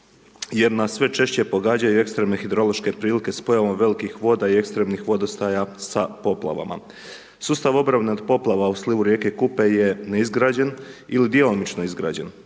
jer nas sve češće pogađaju i ekstremne hidraološke prilike s pojavom velikih voda i ekstremnih vodostaja sa poplavama. Sustav obrane od poplava u slivu rijeke Kupe je neizgrađen ili djelomično izgrađen,